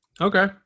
okay